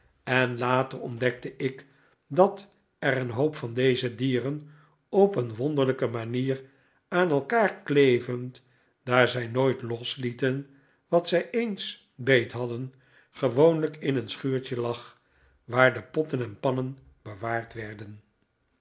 en later ontdekte ik dat er een hoop van deze dieren op een wonderlijke manier aan elkaar klevend daar zij nooit loslieten wat zij eens beethadden r gewoonlijk in een schuurtje lag waar de potten en pannen bewaard werden